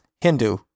Hindu